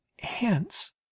Hence